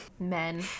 men